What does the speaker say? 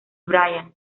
bryan